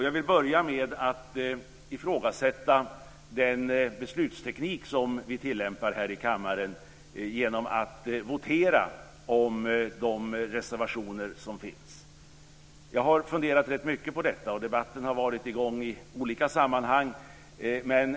Jag vill börja med att ifrågasätta den beslutsteknik som vi tillämpar här i kammaren genom att votera om de reservationer som finns. Jag har funderat rätt mycket på detta, och debatten har varit i gång i olika sammanhang.